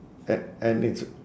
a~ and it's